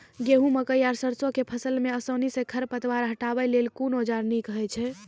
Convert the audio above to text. गेहूँ, मकई आर सरसो के फसल मे आसानी सॅ खर पतवार हटावै लेल कून औजार नीक है छै?